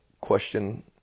question